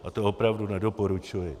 A to opravdu nedoporučuji.